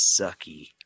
sucky